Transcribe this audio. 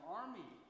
army